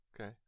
Okay